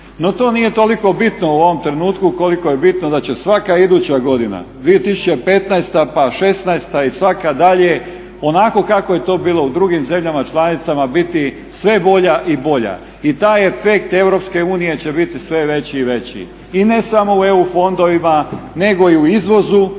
No to nije toliko bitno u ovom trenutku koliko je bitno da će svaka iduća godina 2015., pa 2016. i svaka dalje onako kako je to bilo u drugim zemljama članicama biti sve bolja i bolja i taj efekt Europske unije će biti sve veći i veći. I ne samo u EU fondovima nego i u izvozu